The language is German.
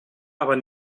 aber